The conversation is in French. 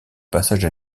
passage